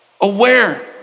Aware